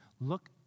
Look